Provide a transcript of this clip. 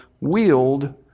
wield